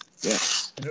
Yes